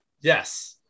Yes